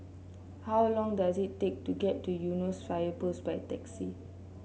how long does it take to get to Eunos Fire Post by taxi